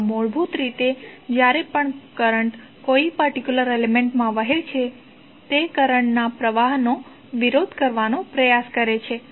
તો મૂળભૂત રીતે જ્યારે પણ કરંટ કોઈ પર્ટિક્યુલર એલિમેન્ટ્ માં વહે છે તે કરંટના પ્રવાહનો વિરોધ કરવાનો પ્રયાસ કરે છે